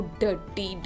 dirty